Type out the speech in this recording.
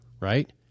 right